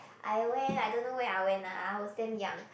I went I don't know where I went lah I was damn young